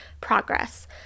progress